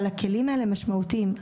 אבל הכלים האלה משמעותיים.